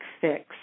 fix